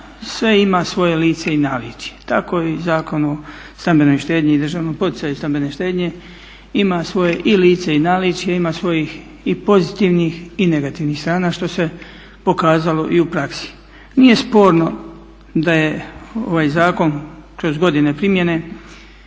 sve ima svoj lice i naličje tako i Zakon o stambenoj štednji i državnom poticaju stambene štednje ima i svoje i lice i naličje, ima svojih i pozitivnih i negativnih strana što se pokazalo i u praksi. Nije sporno da je ovaj zakon kroz godine primjene